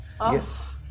Yes